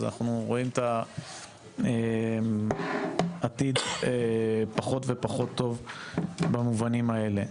אז אנחנו רואים את העתיד פחות ופחות טוב במובנים האלה.